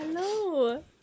Hello